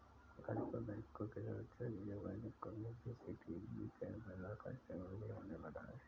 आजकल बैंकों की सुरक्षा के लिए बैंकों में सी.सी.टी.वी कैमरा का इस्तेमाल भी होने लगा है